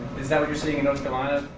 is that what you're seeing in north carolina?